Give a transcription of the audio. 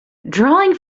drawing